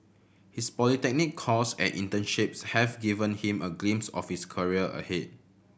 his polytechnic course and internships have given him a glimpse of his career ahead